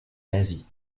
nazi